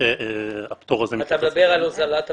אתה מדבר על הוזלת המחיר.